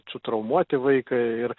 sutraumuoti vaiką ir